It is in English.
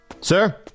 Sir